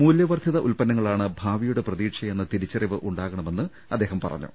മൂല്യവർധിത ഉത്പന്നങ്ങളാണ് ഭാവിയുടെ പ്രതീക്ഷയെന്ന തിരിച്ചറിവ് ഉണ്ടാകണമെന്ന് അദ്ദേഹം പറഞ്ഞു